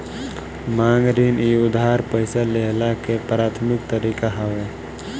मांग ऋण इ उधार पईसा लेहला के प्राथमिक तरीका हवे